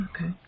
Okay